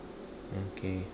okay